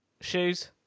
Shoes